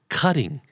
cutting